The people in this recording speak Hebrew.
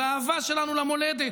באהבה שלנו למולדת,